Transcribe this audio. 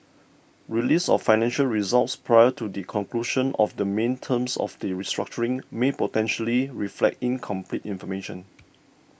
release of financial results prior to the conclusion of the main terms of the restructuring may potentially reflect incomplete information